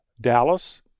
Dallas